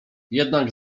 jednak